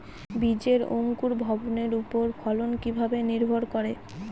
বীজের অঙ্কুর ভবনের ওপর ফলন কিভাবে নির্ভর করে?